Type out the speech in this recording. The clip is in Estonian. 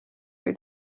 või